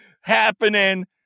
happening